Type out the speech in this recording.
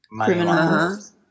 criminals